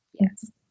Yes